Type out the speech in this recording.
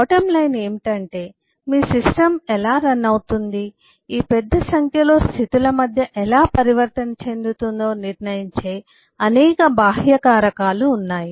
bottom line ఏమిటంటే మీ system ఎలా రన్ అవుతుంది ఈ పెద్ద సంఖ్యలో స్థితుల మధ్య ఎలా పరివర్తన చెందుతుందో నిర్ణయించే అనేక బాహ్య కారకాలు ఉన్నాయి